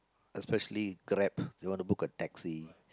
especially Grab they want to book a taxi